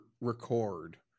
record